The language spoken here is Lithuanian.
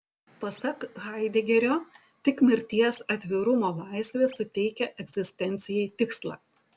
pasak haidegerio tik mirties atvirumo laisvė suteikia egzistencijai tikslą